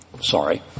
sorry